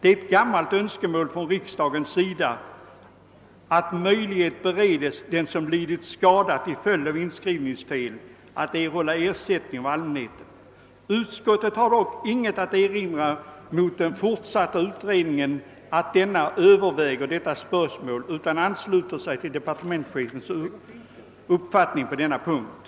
Det är ett gammalt önskemål från riksdagens sida att den som lidit skada till följd av inskrivningsfel bereds möjlighet att erhålla ersättning. Utskottet har dock inget att erinra mot att man vid fortsatt utredning överväger detta spörsmål utan ansluter sig till departementschefens uppfattning på denna punkt.